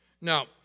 Now